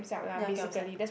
ya giam siap